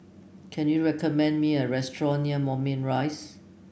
can you recommend me a restaurant near Moulmein Rise